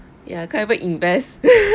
ya clever invest